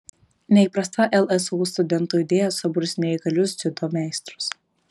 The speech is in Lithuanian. neįprasta lsu studentų idėja suburs neįgalius dziudo meistrus